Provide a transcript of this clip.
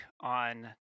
on